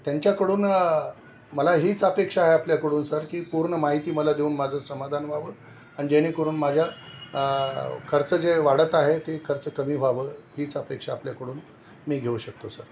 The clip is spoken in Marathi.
त्यांच्याकडून मला हीच अपेक्षा आहे आपल्याकडून सर की पूर्ण माहिती मला देऊन माझं समाधान व्हावं आणि जेणेकरून माझ्या खर्च जे वाढत आहे ते खर्च कमी व्हावं हीच अपेक्षा आपल्याकडून मी घेऊ शकतो सर